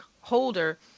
Holder